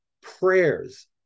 prayers